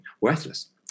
worthless